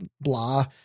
blah